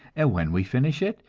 and when we finish it,